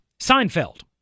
Seinfeld